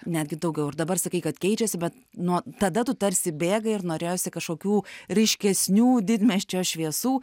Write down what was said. netgi daugiau ir dabar sakai kad keičiasi bet nuo tada tu tarsi bėgai ir norėjosi kažkokių ryškesnių didmiesčio šviesų